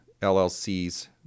LLCs